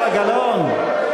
זהבה גלאון.